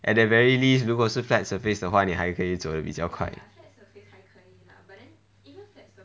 at the very least 如果是 flat surface 的话你还可以走比较快